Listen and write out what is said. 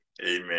Amen